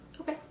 Okay